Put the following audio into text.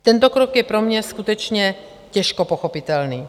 Tento krok je pro mě skutečně těžko pochopitelný.